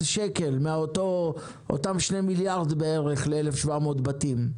שקלים מאותם 2 מיליארד בערך ל-1,700 בתים,